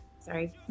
Sorry